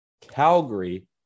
Calgary